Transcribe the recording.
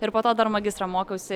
ir po to dar magistrą mokiausi